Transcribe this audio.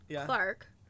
Clark